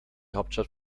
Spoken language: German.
hauptstadt